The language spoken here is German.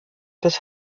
bis